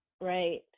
right